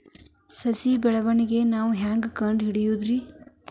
ಸಸಿ ಬೆಳವಣಿಗೆ ನೇವು ಹ್ಯಾಂಗ ಕಂಡುಹಿಡಿಯೋದರಿ?